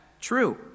true